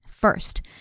First